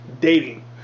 Dating